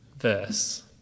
verse